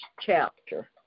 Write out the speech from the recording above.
chapter